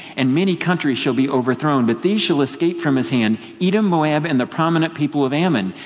and many countries shall be overthrown but these shall escape from his hand edom, moab, and the prominent people of ammon.